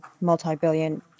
multi-billion